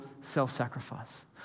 self-sacrifice